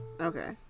Okay